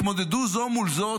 התמודדו זו מול זו,